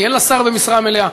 כי אין לה שר במשרה מלאה,